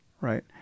right